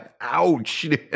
Ouch